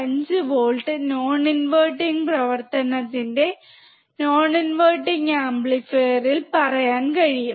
5 volt non inverting പ്രവർത്തനത്തിന്റെ non inverting ആംപ്ലിഫയറിൽ പറയാൻ കഴിയും